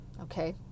okay